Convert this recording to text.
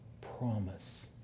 promise